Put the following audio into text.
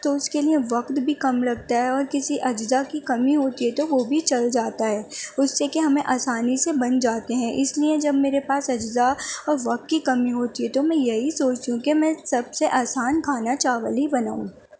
تو اس کے لیے وقت بھی کم لگتا ہے اور کسی اجزا کی کمی ہوتی ہے تو وہ بھی چل جاتا ہے اس سے کہ ہمیں آسانی سے بن جاتے ہیں اس لیے جب میرے پاس اجزا اور وقت کی کمی ہوتی ہے تو میں یہی سوچتی ہوں کہ میں سب سے آسان کھانا چاول ہی بناؤں